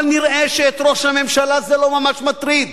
אבל נראה שאת ראש הממשלה זה לא ממש מטריד.